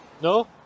No